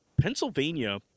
Pennsylvania